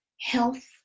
health